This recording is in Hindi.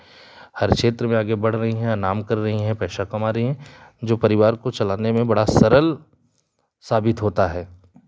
हर क्षेत्र में आगे बढ़ रहीं हैं नाम कर रहीं हैं पैसा कमा रही हैं जो परिवार को चलाने में बड़ा सरल साबित होता है